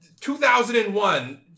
2001